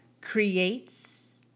creates